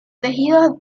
tejidos